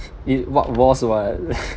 it what was a while